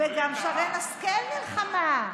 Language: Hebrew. גם שרן השכל נלחמה,